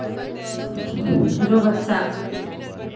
जो बच्चा